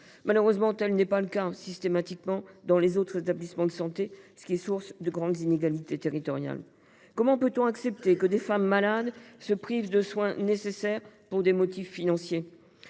Malheureusement, tel n’est pas systématiquement le cas dans les autres établissements de santé, ce qui est source de grandes inégalités territoriales. Comment peut on accepter que des femmes malades se privent de soins nécessaires pour des motifs financiers ?